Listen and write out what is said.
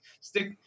stick